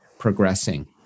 progressing